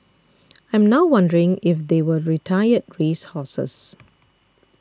I'm now wondering if they were retired race horses